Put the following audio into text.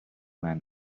man